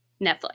Netflix